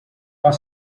are